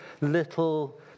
little